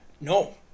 No